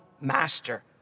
master